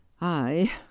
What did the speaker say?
I